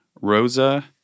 Rosa